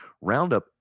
Roundup